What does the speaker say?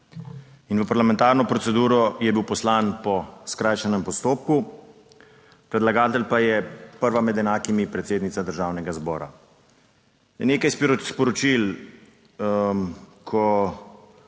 In v parlamentarno proceduro je bil poslan po skrajšanem postopku, predlagatelj pa je prva med enakimi predsednica Državnega zbora. Nekaj sporočil, ki